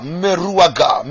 meruaga